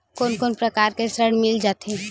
कोन कोन प्रकार के ऋण मिल जाथे?